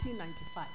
1995